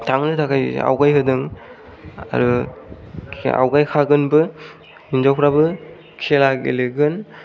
थांनो थाखाय आवगायहोदों आरो आवगायखागोनबो हिनजावफ्राबो खेला गेलेगोन